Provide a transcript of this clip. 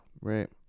Right